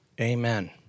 amen